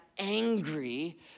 angry